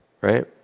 right